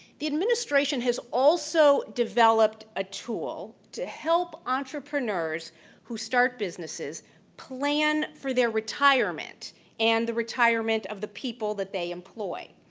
the administration has also developed a tool to help entrepreneurs who start businesses plan for their retirement and the retirement of the people that they employ.